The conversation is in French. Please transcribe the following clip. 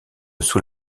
sous